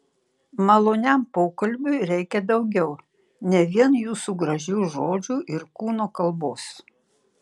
maloniam pokalbiui reikia daugiau ne vien jūsų gražių žodžių ir kūno kalbos